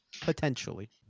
Potentially